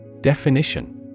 Definition